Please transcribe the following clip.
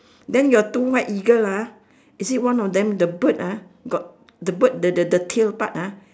then your two white eagle ah is it one of them the bird ah the bird the the the the tail part ah